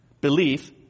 Belief